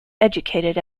educated